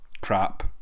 crap